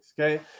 okay